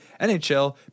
NHL